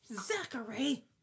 Zachary